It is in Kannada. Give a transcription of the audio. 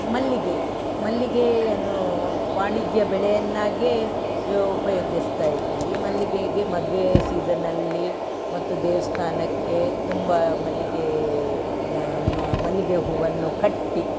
ಮಲ್ಲಿಗೆ ಮಲ್ಲಿಗೆಯನ್ನು ವಾಣಿಜ್ಯ ಬೆಳೆಯನ್ನಾಗೇ ಯೊ ಉಪಯೋಗಿಸ್ತಾ ಇದ್ದೀವಿ ಮಲ್ಲಿಗೆಗೆ ಮದುವೆ ಸೀಸನ್ನಲ್ಲಿ ಮತ್ತು ದೇವಸ್ಥಾನಕ್ಕೆ ತುಂಬ ಮಲ್ಲಿಗೆ ಮಲ್ಲಿಗೆ ಹೂವನ್ನು ಕಟ್ಟಿ